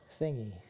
thingy